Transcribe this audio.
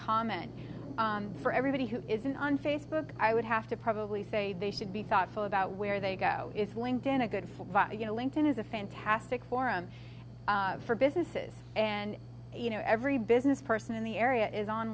common for everybody who isn't on facebook i would have to probably say they should be thoughtful about where they go it's linked in a good for you know linked in is a fantastic forum for businesses and you know every business person in the area is on